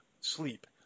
sleep